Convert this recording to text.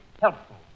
helpful